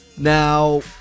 Now